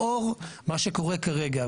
לאור מה שקורה כרגע,